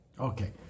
Okay